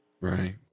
Right